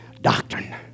doctrine